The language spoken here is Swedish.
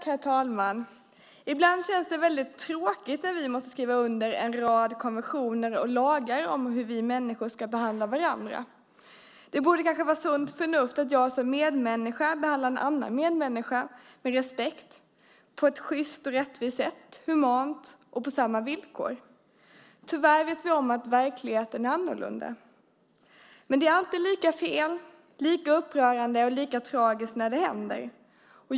Herr talman! Ibland känns det tråkigt att vi måste skriva under en rad konventioner och lagar om hur vi människor ska behandla varandra. Sunt förnuft borde kanske säga att jag som medmänniska behandlar en annan medmänniska med respekt, på ett sjyst och rättvist sätt, humant och på lika villkor. Tyvärr vet vi att verkligheten är annorlunda, och det är alltid lika fel, lika upprörande och lika tragiskt när det händer.